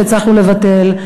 שהצלחנו לבטל,